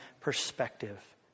perspective